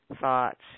thoughts